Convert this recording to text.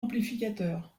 amplificateurs